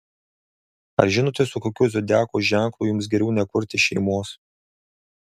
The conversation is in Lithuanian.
ar žinote su kokiu zodiako ženklu jums geriau nekurti šeimos